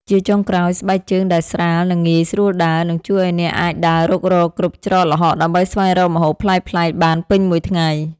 ជាចុងក្រោយ ស្បែកជើងដែលស្រាល និងងាយស្រួលដើរ នឹងជួយឱ្យអ្នកអាចដើររុករកគ្រប់ច្រកល្ហកដើម្បីស្វែងរកម្ហូបប្លែកៗបានពេញមួយថ្ងៃ។